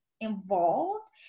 involved